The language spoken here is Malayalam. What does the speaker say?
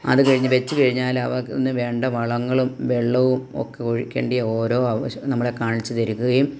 അത് കഴിഞ്ഞ് വെച്ചു കഴിഞ്ഞാൽ അവ അതിന് വേണ്ട വളങ്ങളും വെള്ളവും ഒക്കെ ഒഴിക്കണ്ടിയെ ഓരോ ആവ നമ്മളെ കാണിച്ച് തരുകയും